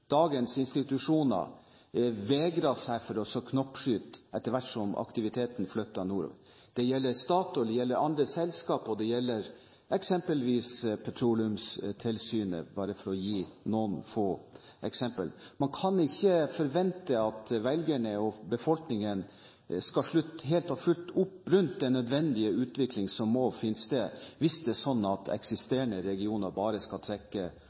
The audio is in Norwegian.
dagens institusjoner, vegrer seg for å knoppskyte etter hvert som aktiviteten flytter nordover. Det gjelder Statoil, det gjelder andre selskaper, og det gjelder Petroleumstilsynet – bare for å gi noen få eksempler. Man kan ikke forvente at velgerne – befolkningen – skal slutte helt og fullt opp om den nødvendige utviklingen som må finne sted, hvis det er sånn at eksisterende regioner og selskaper bare skal trekke